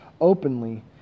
openly